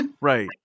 Right